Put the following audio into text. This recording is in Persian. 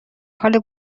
حال